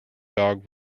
dog